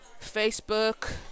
Facebook